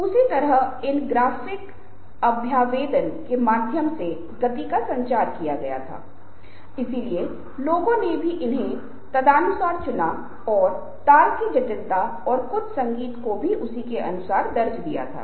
सांस की तकलीफ विभिन्न प्रकार की हो सकती है यह कमजोर आवाज के साथ हो सकती है यह ऊंची आवाज वाली आवाज के साथ हो सकती है